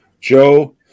Joe